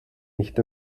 nicht